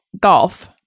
golf